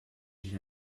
age